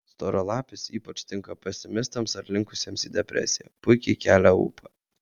storalapis ypač tinka pesimistams ar linkusiems į depresiją puikiai kelia ūpą